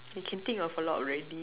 you can think of a lot already hmm